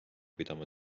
pidama